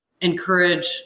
encourage